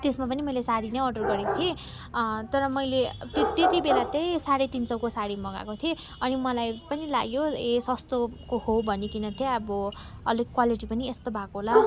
त्यसमा पनि मैले सारी नै अर्डर गरेको थिएँ तर मैले ते त्यति बेला चाहिँ साढे तिन सय मगाएको थिएँ अनि मलाई पनि लाग्यो ए सस्तोको हो भनिकन चाहिँ अब अलिक क्वालिटी पनि यस्तो भएको होला